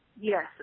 yes